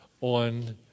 on